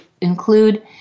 include